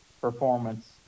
performance